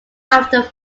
after